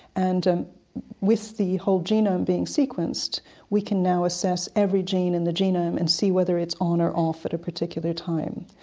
and and with the whole genome being sequenced we can now assess every gene in the genome and see whether it's on or off at a particular time.